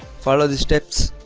follow the steps